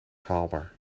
haalbaar